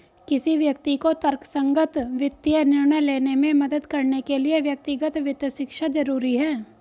किसी व्यक्ति को तर्कसंगत वित्तीय निर्णय लेने में मदद करने के लिए व्यक्तिगत वित्त शिक्षा जरुरी है